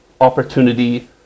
opportunity